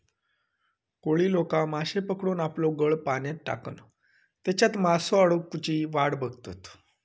कोळी लोका माश्ये पकडूक आपलो गळ पाण्यात टाकान तेच्यात मासो अडकुची वाट बघतत